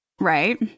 Right